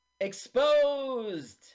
Exposed